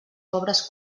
pobres